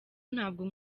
ntabwo